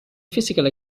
physical